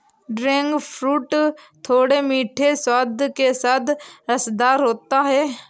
dragon fruit थोड़े मीठे स्वाद के साथ रसदार होता है